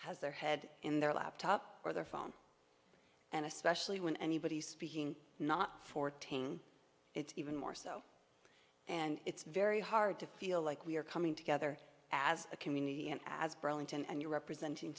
has their head in their laptop or their phone and especially when anybody speaking not fourteen it's even more so and it's very hard to feel like we are coming together as a community and as burlington and you're representing